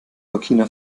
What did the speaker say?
burkina